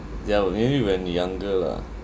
ya maybe when younger lah